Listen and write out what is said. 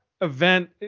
event